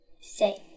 Say